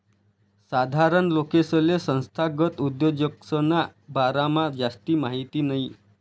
साधारण लोकेसले संस्थागत उद्योजकसना बारामा जास्ती माहिती नयी